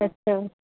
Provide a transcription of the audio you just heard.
अच्छा